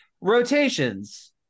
rotations